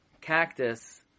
cactus